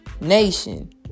Nation